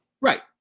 Right